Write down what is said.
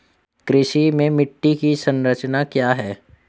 कृषि में मिट्टी की संरचना क्या है?